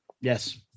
Yes